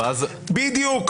בדיוק.